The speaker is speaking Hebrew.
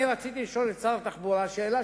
רציתי לשאול את שר התחבורה שאלה,